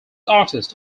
artist